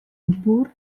pur